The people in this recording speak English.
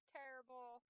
terrible